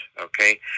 okay